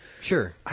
Sure